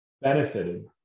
benefited